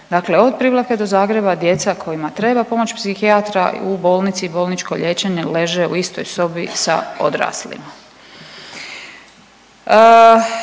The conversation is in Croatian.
dakle od Privlake do Zagreba, djeca kojima treba pomoć psihijatra u bolnici i bolničko liječenje leže u istoj sobi sa odraslima.